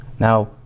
Now